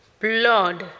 blood